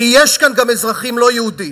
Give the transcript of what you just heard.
כי יש כאן גם אזרחים לא יהודים.